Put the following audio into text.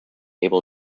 able